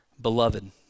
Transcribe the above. Beloved